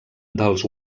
dels